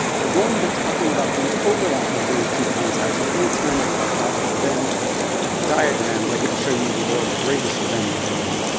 we're going to be talking about the overlap of those two concepts and any time i talk about venn diagrams, i get to show you the world's greatest vin diagram.